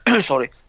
Sorry